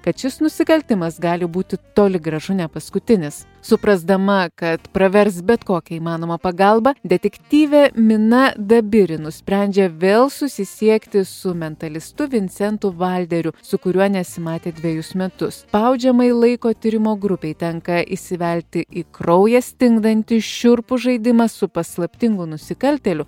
kad šis nusikaltimas gali būti toli gražu ne paskutinis suprasdama kad pravers bet kokia įmanoma pagalba detektyvė mina dabiri nusprendžia vėl susisiekti su mentalistu vincentu valderiu su kuriuo nesimatė dvejus metus spaudžiamai laiko tyrimo grupei tenka įsivelti į kraują stingdantį šiurpų žaidimą su paslaptingu nusikaltėliu